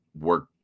work